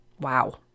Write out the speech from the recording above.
wow